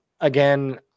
Again